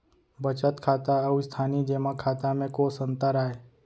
बचत खाता अऊ स्थानीय जेमा खाता में कोस अंतर आय?